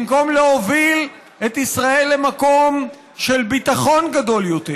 במקום להוביל את ישראל למקום של ביטחון גדול יותר,